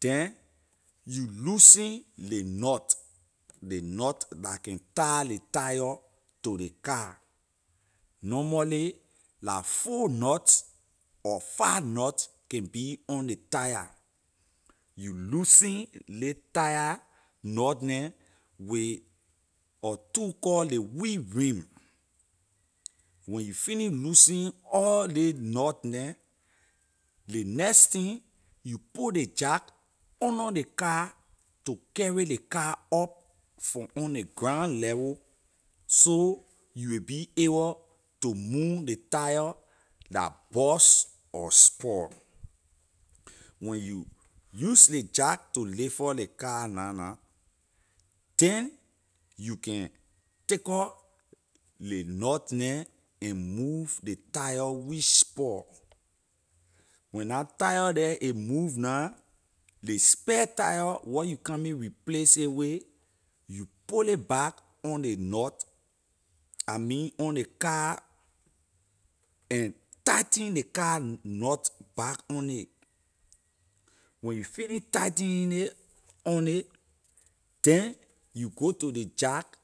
Then you loosen ley knot ley knot la can tie ley tyre to ley car normally la four knots or five knots can be on ley tyre you loosen ley tyre knot neh with a tool call ley whirlring when you finish loosening all ley knot neh ley next thing you put ley jack under ley car to carry ley car up from on ley ground level so you will be awor to move ley tyre la burst or spoil when you use ley jack to lift up ley car na then you can take out ley knot neh and move ley tyre which spoil when la tyre the a move na ley spare tyre where you coming replace it with you put ley back on ley knot I mean on ley car and tighten ley car knot back on it when you finish tighten it on it then you go to ley jack